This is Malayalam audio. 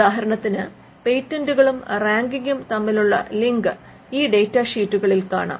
ഉദാഹരണത്തിന് പേറ്റന്റുകളും റാങ്കിംഗും തമ്മിലുള്ള ലിങ്ക് ഈ ഡാറ്റ ഷീറ്റുകളിൽ കാണാം